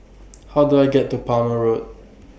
How Do I get to Palmer Road